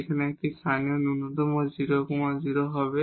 এখানে একটি লোকাল মিনিমা00 হবে